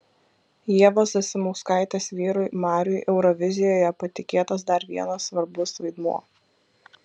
ievos zasimauskaitės vyrui mariui eurovizijoje patikėtas dar vienas svarbus vaidmuo